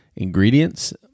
ingredients